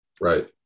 right